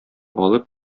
алып